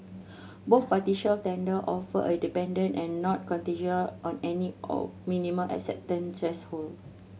both partial tender offer are independent and not contingent on any or minimum acceptance threshold